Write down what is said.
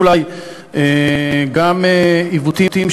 דב חנין,